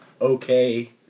okay